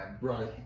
right